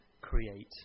create